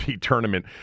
tournament